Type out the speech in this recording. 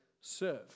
serve